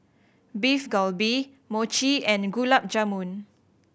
Beef Galbi Mochi and Gulab Jamun